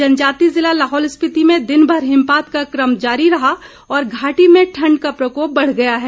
जनजातीय ज़िला लाहौल स्पिति में दिनभर हिमपात का कम जारी रहा और घाटी में ठंड का प्रकोप बढ़ गया है